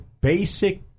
basic